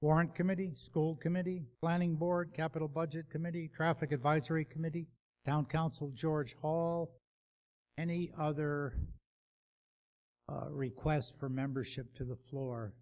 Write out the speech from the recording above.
warren committee school committee planning board capital budget committee traffic advisory committee found counsel george hall any other requests for membership to the floor